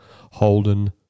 Holden